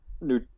new